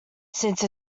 since